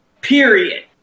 period